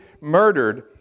murdered